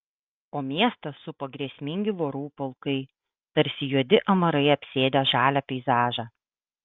o miestą supo grėsmingi vorų pulkai tarsi juodi amarai apsėdę žalią peizažą